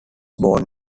born